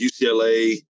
UCLA